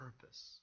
purpose